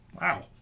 Wow